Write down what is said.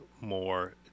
more